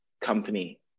company